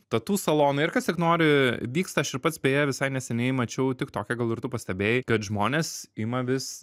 tatų salonai ir kas tik nori vyksta aš ir pats beje visai neseniai mačiau tik toke gal ir tu pastebėjai kad žmonės ima vis